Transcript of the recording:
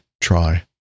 try